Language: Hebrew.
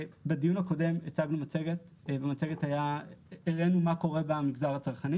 בדיון הקודם הצגנו מצגת ובמצגת הראינו מה קורה במגזר הצרכני